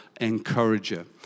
encourager